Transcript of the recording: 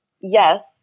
Yes